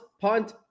punt